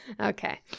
Okay